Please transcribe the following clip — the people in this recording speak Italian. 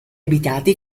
abitati